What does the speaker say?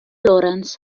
laurence